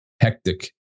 hectic